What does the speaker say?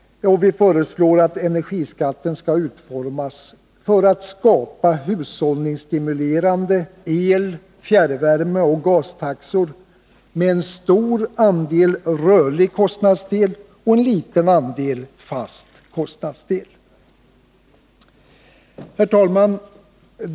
Vi föreslår vidare att energiskatten skall utformas så, att den skapar hushållningsstimulerande el-, fjärrvärmeoch gastaxor med en stor rörlig kostnadsdel och en liten fast kostnadsdel. Herr talman!